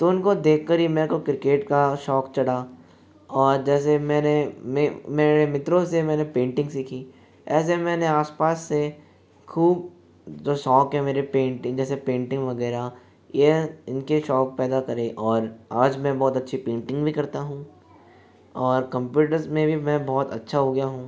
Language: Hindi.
तो उनको देखकर ही मेरे को क्रिकेट का शौक चढ़ा और जैसा मैंने मेरे मित्रों से मैंने पेंटिंग सीखी ऐसे मैंने आसपास से खूब जो शौक है मेरे पेंटिंग जैसे पेंटिंग वगैरह ये इनके शौक पैदा करे और आज मैं बहुत अच्छी पेंटिंग भी करता हूँ और कंप्यूटर्स में भी मैं बहुत अच्छा हो गया हूँ